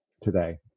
today